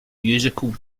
musical